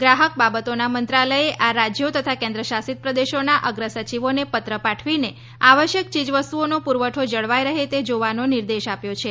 ગ્રાહક બાબતોના મંત્રાલયે બધા રાજયો તથા કેન્દ્રશાસિત પ્રદેશોના અગ્રસચિવોને પત્ર પાઠવીને આવશ્યક ચીજવસ્તુઓનો પૂરવઠો જળવાઈ રહે તે જોવાનો નિર્દેશ આપ્યો છે